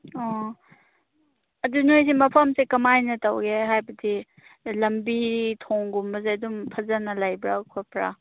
ꯑꯣ ꯑꯗꯨ ꯅꯣꯏꯁꯦ ꯃꯐꯝꯁꯦ ꯀꯃꯥꯏꯅ ꯇꯧꯒꯦ ꯍꯥꯏꯕꯗꯤ ꯂꯝꯕꯤ ꯊꯣꯡꯒꯨꯝꯕꯁꯦ ꯑꯗꯨꯝ ꯐꯖꯅ ꯂꯩꯕ꯭ꯔꯥ ꯈꯣꯠꯄ꯭ꯔꯥ